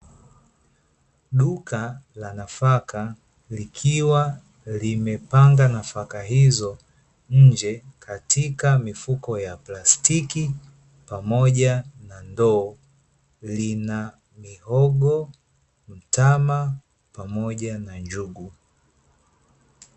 Duka la nafaka likiwa limepanga nafaka hizo nje katika mifuko ya plastiki pamoja na ndoo, lina mihogo, mtama pamoja na njugu.